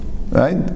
Right